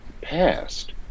past